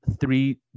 three